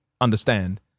understand